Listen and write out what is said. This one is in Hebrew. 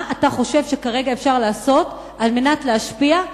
מה אתה חושב שאפשר לעשות על מנת להשפיע?